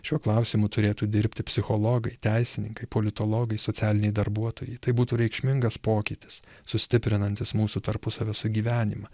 šiuo klausimu turėtų dirbti psichologai teisininkai politologai socialiniai darbuotojai tai būtų reikšmingas pokytis sustiprinantis mūsų tarpusavio sugyvenimą